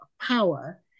power